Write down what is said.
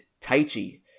Taichi